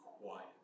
quiet